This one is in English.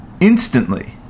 instantly